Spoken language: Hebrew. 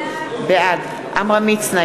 בעד עמרם מצנע,